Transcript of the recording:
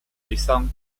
laissant